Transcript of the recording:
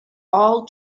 all